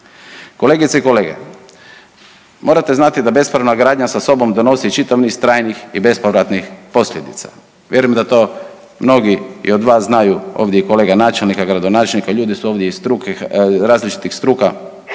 Kolegice i kolege, morate znati da bespravna gradnja sa sobom donosi i čitav niz trajnih i bespovratnih posljedica, vjerujem da to mnogi i od vas znaju, ovdje i kolega načelnika, gradonačelnika, ljudi su ovdje iz struke, različitih struka